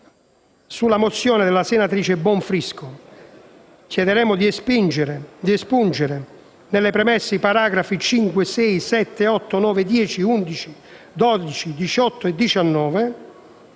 sulla mozione n. 645 della senatrice Bonfrisco. Chiederemmo di espungere, nelle premesse, i paragrafi 5, 6, 7, 8, 9, 10, 11, 12, 18 e 19